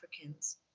Africans